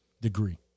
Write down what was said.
degree